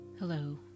Hello